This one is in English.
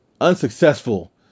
unsuccessful